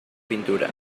pintura